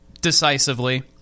decisively